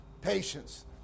patience